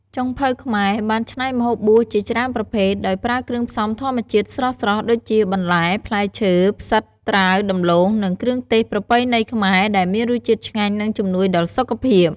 ចុងភៅខ្មែរបានច្នៃម្ហូបបួសជាច្រើនប្រភេទ ដោយប្រើគ្រឿងផ្សំធម្មជាតិស្រស់ៗ ដូចជា បន្លែ ផ្លែឈើ ផ្សិត ត្រាវ ដំឡូង និងគ្រឿងទេសប្រពៃណីខ្មែរ ដែលមានរសជាតិឆ្ងាញ់និងជំនួយដល់សុខភាព។